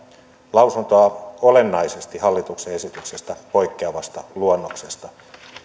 lausuntoa olennaisesti hallituksen esityksestä poikkeavasta luonnoksesta